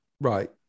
right